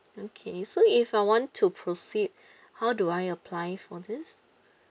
okay so if I want to proceed how do I apply for this